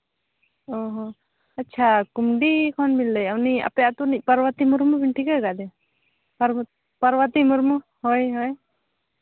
ᱚᱸᱻ ᱦᱚᱸ ᱟᱪᱪᱷᱟ ᱠᱩᱱᱰᱤ ᱠᱷᱚᱱ ᱵᱤᱱ ᱞᱟᱹᱭᱮᱜᱼᱟ ᱩᱱᱤ ᱟᱯᱮ ᱟᱛᱳ ᱨᱤᱱᱤᱡ ᱯᱟᱨᱵᱚᱛᱤ ᱢᱩᱨᱢᱩ ᱵᱤᱱ ᱴᱷᱤᱠᱟᱹ ᱠᱟᱫᱮᱭᱟ ᱯᱟᱨᱵᱚᱛᱤ ᱢᱩᱨᱢᱩ ᱦᱳᱭ ᱦᱳᱭ